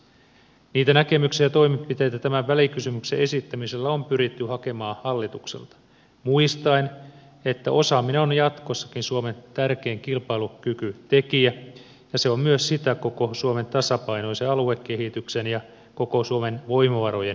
niitä näkemyksiä ja toimenpiteitä tämän välikysymyksen esittämisellä on pyritty hakemaan hallitukselta muistaen että osaaminen on jatkossakin suomen tärkein kilpailukykytekijä ja se on sitä myös koko suomen tasapainoisen aluekehityksen ja koko suomen voimavarojen hyödyntämisen osalta